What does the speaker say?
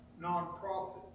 nonprofit